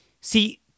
see